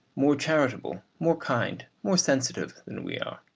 more charitable, more kind, more sensitive than we are.